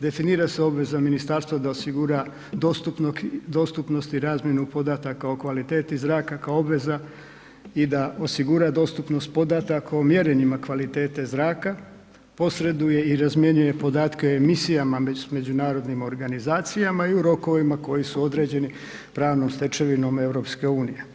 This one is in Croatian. Definira se obveza ministarstva da osigura dostupnost i razmjenu podataka o kvaliteti zraka kao obveza i da osigura dostupnost podataka o mjerenjima kvalitete zraka, posreduje i razmjenjuje podatke o emisijama s međunarodnim organizacijama i u rokovima koji su određeni pravnom stečevinom EU.